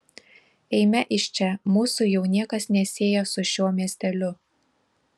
eime iš čia mūsų jau niekas nesieja su šiuo miesteliu